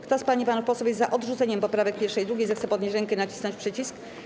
Kto z pań i panów posłów jest za odrzuceniem poprawek 1. i 2., zechce podnieść rękę i nacisnąć przycisk.